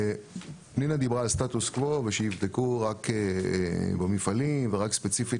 פנינה דיברה על סטטוס קוו ושיבדקו רק במפעלים ורק ספציפית